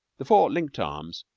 the four linked arms,